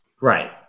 Right